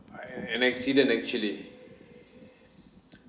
uh an accident actually